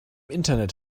internet